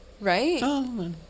Right